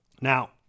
Now